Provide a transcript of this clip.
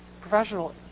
professional